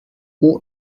ought